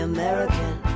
American